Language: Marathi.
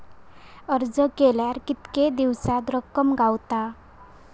अर्ज केल्यार कीतके दिवसात रक्कम गावता?